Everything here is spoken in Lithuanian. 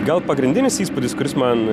gal pagrindinis įspūdis kuris man